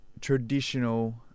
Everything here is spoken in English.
traditional